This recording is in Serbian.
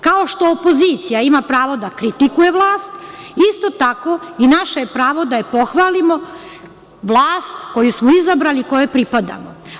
Kao što opozicija ima pravo da kritikuje vlast, isto tako je naše pravo da je pohvalimo, vlast u koju smo izabrani, kojoj pripadamo.